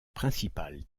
principal